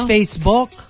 Facebook